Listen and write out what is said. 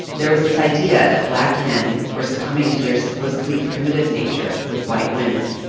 there was this idea that black men were succumbing to their supposedly primitive nature with white women.